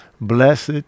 Blessed